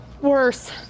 Worse